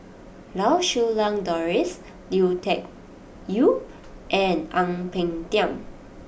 Lau Siew Lang Doris Lui Tuck Yew and Ang Peng Tiam